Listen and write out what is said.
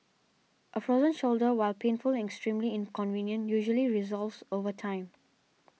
a frozen shoulder while painful and extremely inconvenient usually resolves over time